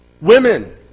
women